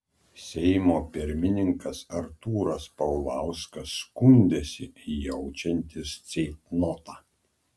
seimo pirmininkas artūras paulauskas skundėsi jaučiantis ceitnotą